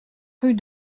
rue